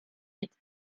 huit